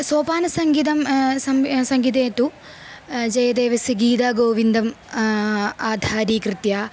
सोपानसङ्गीतं सङ्गीते तु जयदेवस्य गीतागोविन्दम् आधारीकृत्य